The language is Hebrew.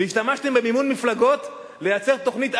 והשתמשתם במימון מפלגות לייצר תוכנית,